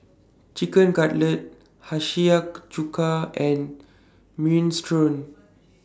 Chicken Cutlet Chuka and Minestrone